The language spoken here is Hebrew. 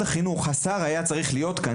היה צריך להיות כאן,